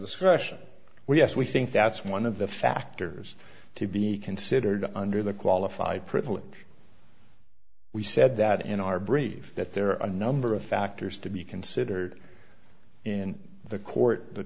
scrushy well yes we think that's one of the factors to be considered under the qualified privilege we said that in our brief that there are a number of factors to be considered in the court the